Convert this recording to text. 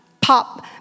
pop